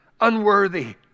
unworthy